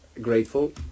grateful